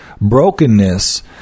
Brokenness